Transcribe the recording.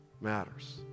matters